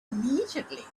immediately